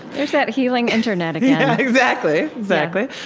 there's that healing internet again yeah, exactly, exactly.